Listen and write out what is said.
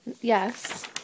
Yes